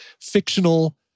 fictional